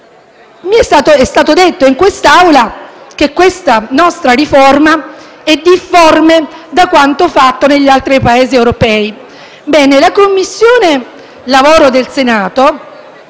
È stato detto in quest'Aula che questa riforma è difforme da quanto realizzato negli altri Paesi europei.